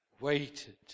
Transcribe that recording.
waited